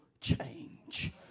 change